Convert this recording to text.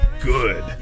good